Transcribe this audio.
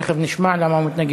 תכף נשמע למה הוא מתנגד.